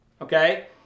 okay